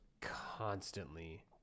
constantly